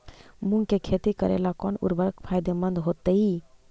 मुंग के खेती करेला कौन उर्वरक फायदेमंद होतइ?